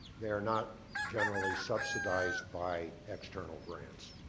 they're not generally subsidized by external grants.